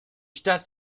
stadt